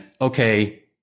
okay